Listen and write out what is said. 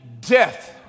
Death